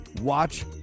Watch